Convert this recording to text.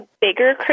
bigger